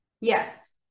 Yes